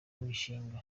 mishinga